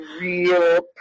real